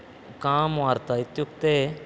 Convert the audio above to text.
कां वार्तां इत्युक्ते